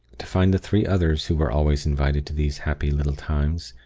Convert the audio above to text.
to find the three others who were always invited to these happy little times,